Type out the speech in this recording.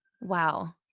wow